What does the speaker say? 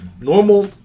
normal